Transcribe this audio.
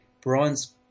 bronze